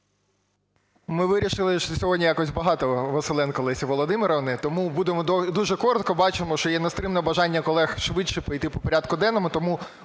Ми вирішили, що сьогодні якось багато Василенко Лесі Володимирівни, тому будемо дуже коротко, бачимо, що є нестримне бажання колег швидше пройти по порядку денному.